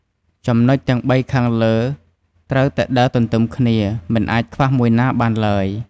ចំណុចទាំងបីខាងលើត្រូវតែដើរទន្ទឹមគ្នា មិនអាចខ្វះមួយណាបានឡើយ។